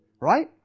Right